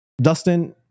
Dustin